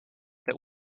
that